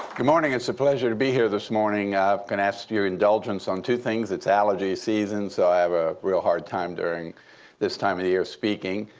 good morning. it's a pleasure to be here this morning. i'm gonna ask your indulgence on two things. it's allergy season, so i have a real hard time during this time of the year speaking.